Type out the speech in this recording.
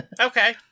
okay